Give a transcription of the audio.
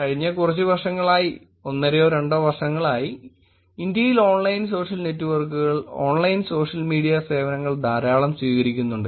കഴിഞ്ഞ കുറച്ച് വർഷങ്ങളായി ഒന്നരയോ രണ്ടോ വർഷങ്ങളായി ഇന്ത്യയിൽ ഓൺലൈൻ സോഷ്യൽ നെറ്റ്വർക്കുകൾ ഓൺലൈൻ സോഷ്യൽ മീഡിയ സേവനങ്ങൾ ധാരാളം സ്വീകരിക്കുന്നുണ്ട്